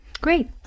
Great